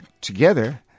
together